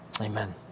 Amen